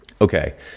Okay